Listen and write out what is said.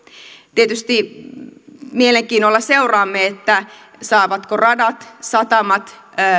tietysti mielenkiinnolla seuraamme saavatko radat satamat